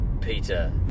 Peter